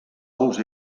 ous